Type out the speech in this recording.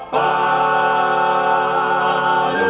i